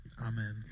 Amen